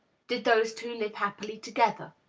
did those two live happily together?